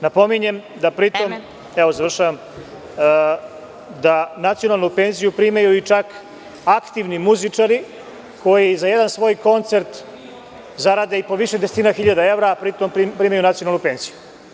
Napominjem da nacionalnu penziju primaju i aktivni muzičari koji za jedan svoj koncert zarade i po više desetina hiljada evra, a pri tom primaju nacionalnu penziju.